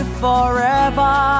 forever